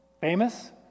Famous